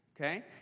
Okay